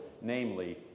namely